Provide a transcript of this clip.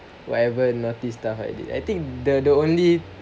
whatever naughty stuff I did I think the only